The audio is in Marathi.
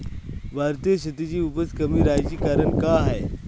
भारतीय शेतीची उपज कमी राहाची कारन का हाय?